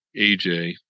AJ